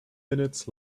minutes